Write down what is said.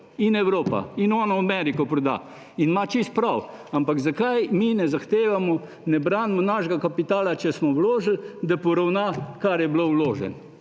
in Evropa – in on v Ameriko proda. Ima čisto prav, ampak zakaj mi ne zahtevamo, ne branimo našega kapitala, če smo vložili, da poravna, kar je bilo vloženo.